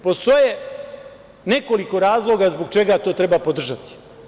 Postoji nekoliko razloga zbog čega to treba podržati.